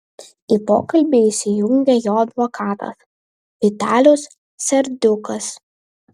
į pokalbį įsijungė jo advokatas vitalijus serdiukas